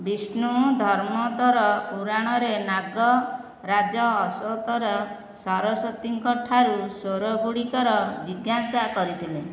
ବିଷ୍ଣୁ ଧର୍ମୋତ୍ତର ପୁରାଣରେ ନାଗରାଜ ଅଶ୍ୱତର ସରସ୍ୱତୀଙ୍କ ଠାରୁ ସ୍ୱର ଗୁଡ଼ିକର ଜିଜ୍ଞାସା କରିଥିଲେ